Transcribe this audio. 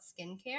skincare